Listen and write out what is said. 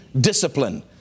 discipline